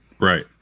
Right